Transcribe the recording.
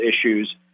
issues